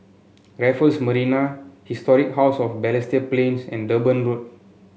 Raffles Marina Historic House of Balestier Plains and Durban Road